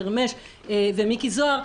חרמש ומיקי זוהר,